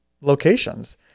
locations